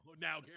Now